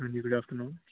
ਹਾਂਜੀ good afternoon